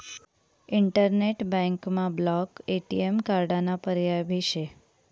internet बँकमा block ATM कार्डाना पर्याय भी शे